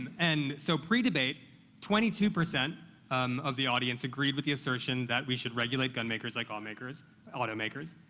and so, pre-debate, twenty two percent um of the audience agreed with the assertion that we should regulate gunmakers like automakers automakers.